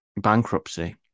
bankruptcy